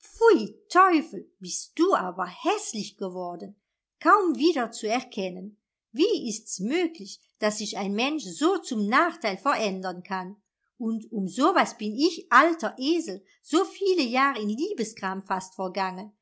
pfui teufel bist du aber häßlich geworden kaum wieder zu erkennen wie ist's möglich daß sich ein mensch so zum nachteil verändern kann und um so was bin ich alter esel so viele jahre in liebesgram fast vergangen